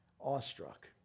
awestruck